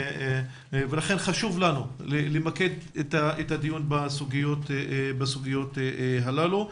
לכן חשוב לנו למקד את הדיון בסוגיות הללו.